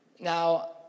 Now